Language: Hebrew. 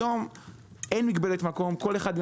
היום אין מגבלת מקום כל אחד עם